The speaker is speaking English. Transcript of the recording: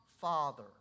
Father